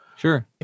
Sure